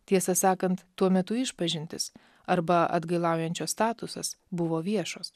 tiesą sakant tuo metu išpažintys arba atgailaujančio statusas buvo viešos